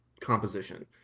composition